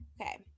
Okay